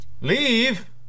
Leave